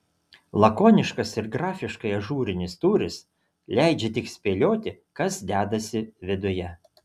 lakoniškas ir grafiškai ažūrinis tūris leidžia tik spėlioti kas dedasi viduje